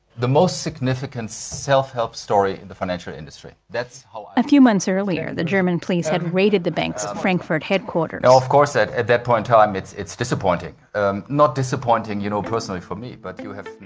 the most significant self-help story in the financial industry. that's how. a few months earlier, the german police had raided the bank's frankfurt headquarters of course, at at that point time, it's it's disappointing and not disappointing, you know, personally for me. but you have.